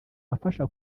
afasha